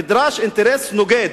נדרש אינטרס נוגד